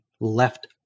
left